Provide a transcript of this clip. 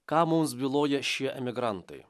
ką mums byloja šie emigrantai